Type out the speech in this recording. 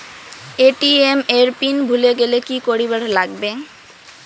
ATM এর pin ভুলি গেলে কি করিবার লাগবে?